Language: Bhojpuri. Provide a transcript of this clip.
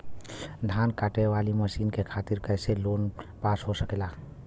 धान कांटेवाली मशीन के खातीर कैसे लोन पास हो सकेला?